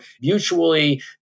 mutually